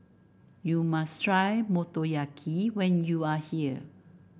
you must try Motoyaki when you are here